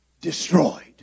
destroyed